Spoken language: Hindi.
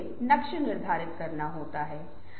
सारांश को सारांशित किया जा सकता है